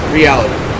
reality